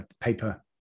paper